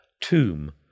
tomb